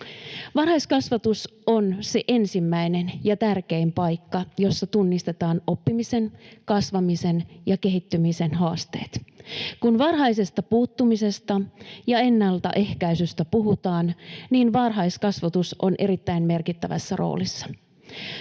Varhaiskasvatus on se ensimmäinen ja tärkein paikka, jossa tunnistetaan oppimisen, kasvamisen ja kehittymisen haasteet. Kun varhaisesta puuttumisesta ja ennaltaehkäisystä puhutaan, niin varhaiskasvatus on erittäin merkittävässä roolissa.